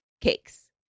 cakes